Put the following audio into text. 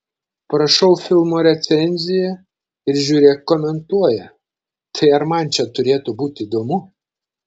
parašau filmo recenziją ir žiūrėk komentuoja tai ar man čia turėtų būti įdomu